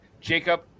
Jacob